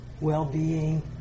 well-being